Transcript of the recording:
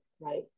right